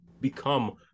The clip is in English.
become